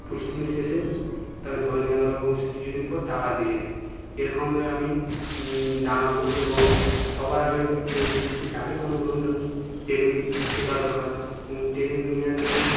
police টুলিশ এসে তাকে ধরে নিয়ে গেল এবং সে কিছুদিন পর টাকা দিয়ে দেয় এরকমই আমি জানাবো এবং সবার আগে যে যাকে কোনও লোন দেবো ট্রেনিং শেখা দরকার এবং ট্রেনিং নেওয়ার জন্য